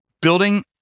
Building